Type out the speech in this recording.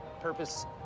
Purpose